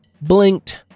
blinked